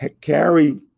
carry